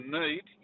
need